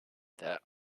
that